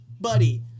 buddy